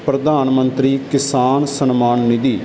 Pradhan Mantri Kisan Samman Nidhi